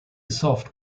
soft